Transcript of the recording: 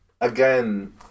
again